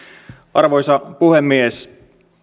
arvoisa puhemies